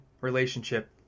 relationship